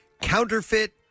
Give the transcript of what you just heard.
counterfeit